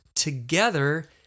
Together